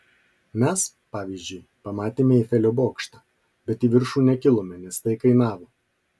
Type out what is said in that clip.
mes pavyzdžiui pamatėme eifelio bokštą bet į viršų nekilome nes tai kainavo